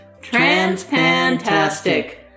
Transpantastic